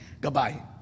goodbye